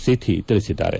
ಸೇಥಿ ತಿಳಿಸಿದ್ದಾರೆ